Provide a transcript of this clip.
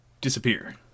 disappear